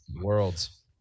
worlds